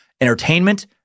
entertainment